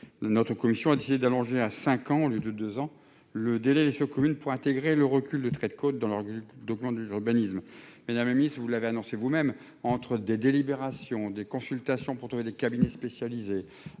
Notre commission a décidé d'allonger à cinq ans, au lieu de deux ans, le délai laissé aux communes pour intégrer le recul du trait de côtes dans leurs documents d'urbanisme. Madame la ministre, vous l'avez annoncé vous-même, entre des délibérations, des consultations pour trouver des cabinets spécialisés,